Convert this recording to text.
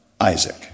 Isaac